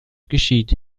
geschieht